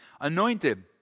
anointed